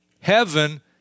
heaven